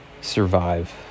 survive